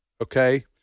Okay